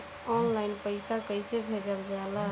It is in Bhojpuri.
ऑनलाइन पैसा कैसे भेजल जाला?